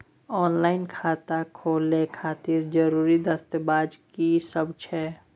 Online खाता खोले खातिर जरुरी दस्तावेज की सब छै?